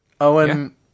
Owen